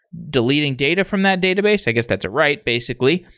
deleting data from that database. i guess that's write, basically.